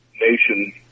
nation